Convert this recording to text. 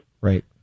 Right